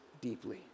deeply